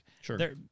Sure